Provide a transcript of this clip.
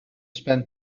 spend